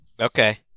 Okay